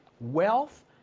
wealth